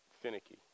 finicky